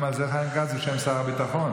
גם על זה חיים כץ, בשם שר הביטחון?